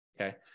okay